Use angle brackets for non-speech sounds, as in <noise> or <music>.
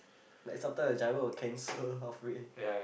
like sometimes the driver will cancel <laughs> halfway